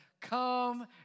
come